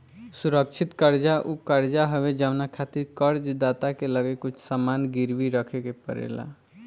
सुरक्षित कर्जा उ कर्जा हवे जवना खातिर कर्ज दाता के लगे कुछ सामान गिरवी रखे के पड़ेला